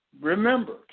remember